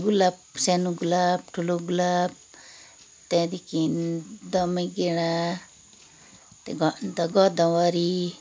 गुलाब सानो गुलाब ठुलो गुलाब त्यहाँदेखि दमाइगेडा अन्त अन्त गदावरी